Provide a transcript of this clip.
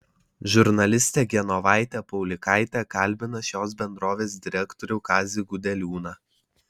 žurnalistė genovaitė paulikaitė kalbina šios bendrovės direktorių kazį gudeliūną